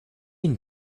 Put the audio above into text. une